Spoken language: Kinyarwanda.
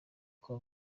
uko